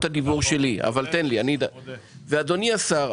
אדוני השר,